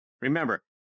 Remember